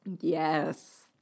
Yes